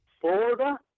Florida